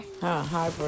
Hi